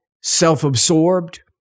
self-absorbed